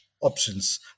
options